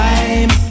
Time